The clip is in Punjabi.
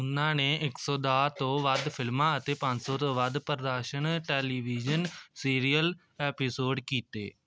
ਉਨ੍ਹਾਂ ਨੇ ਇੱਕ ਸੌ ਦਸ ਤੋਂ ਵੱਧ ਫਿਲਮਾਂ ਅਤੇ ਪੰਜ ਸੌ ਤੋਂ ਵੱਧ ਪ੍ਰਦਰਸ਼ਨ ਟੈਲੀਵਿਜ਼ਨ ਸੀਰੀਅਲ ਐਪੀਸੋਡ ਕੀਤੇ